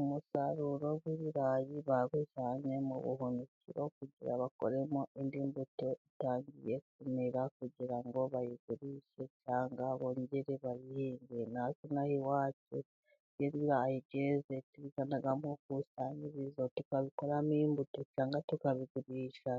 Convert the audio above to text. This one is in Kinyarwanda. Umusaruro w'ibirayi babijyanye mu buhunikiro, kugira ngo bakoremo indi mbuto itangiye kumera kugira ngo bayigurishye, cyangwa bongere bayihinge. Natwe inaha iwacu iyo ibirayi byeze tubijyana mu ikusanyirizo tukabikoramo imbuto, tukabigurisha,